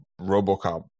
Robocop